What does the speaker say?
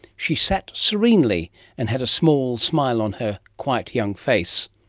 she sat serenely and had a small smile on her quite young face.